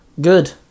Good